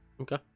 Okay